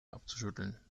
abzuschütteln